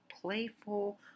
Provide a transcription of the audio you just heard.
playful